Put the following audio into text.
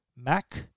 Mac